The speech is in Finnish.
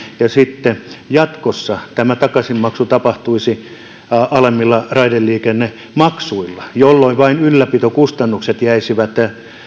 ja sitten jatkossa tämä takaisinmaksu tapahtuisi alemmilla raideliikennemaksuilla tällöin vain ylläpitokustannukset jäisivät